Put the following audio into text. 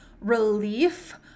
relief